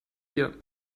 year